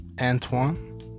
Antoine